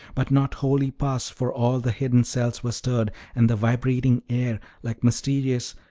but not wholly pass, for all the hidden cells were stirred, and the vibrating air, like mysterious,